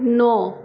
नौ